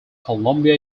columbia